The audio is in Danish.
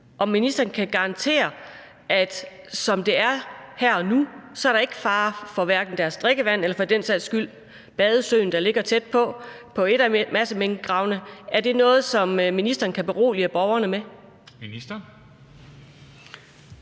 det bliver før jul, at der, som det er her og nu, hverken er fare for deres drikkevand eller for den sags skyld badesøen, der ligger tæt på en af minkmassegravene. Er det noget, som ministeren kan berolige borgerne med?